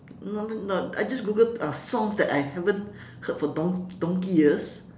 not not no I just google uh songs that I haven't heard for donk~ donkey years